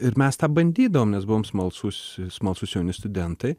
ir mes tą bandydavom mes buvom smalsūs smalsūs jauni studentai